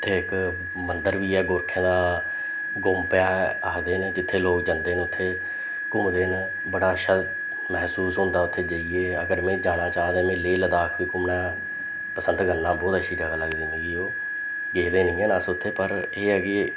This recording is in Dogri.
ते इक मंदर बी ऐ गोरखें दा गौंपै आखदे न जित्थें लोक जंदे न उत्थै घूमदे न बड़ा अच्छा मैहसूस होंदा उत्थें जाइयै अगर में जाना चांह्ग ते में लेह् लद्दाख बी घूमना पसंद करना बोह्त अच्छी जगह् लगदी मिगी ओह् गेदे नी ऐ अस उत्थै पर एह् ऐ कि